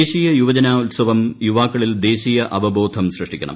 ദേശീയ യുവജനോത്സവം യുവാക്കളിൽ ദേശീയ അവബോധം സൃഷ്ടിക്കണം